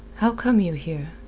how come you here?